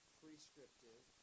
prescriptive